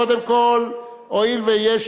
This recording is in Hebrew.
קודם כול, הואיל ויש